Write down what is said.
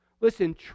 Listen